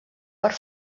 per